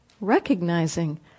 recognizing